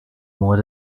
more